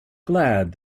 glad